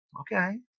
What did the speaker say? okay